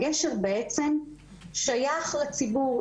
הגשר בעצם שייך לציבור,